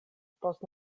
post